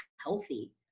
healthy